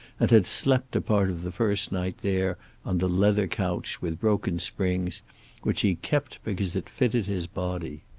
and had slept a part of the first night there on the leather couch with broken springs which he kept because it fitted his body.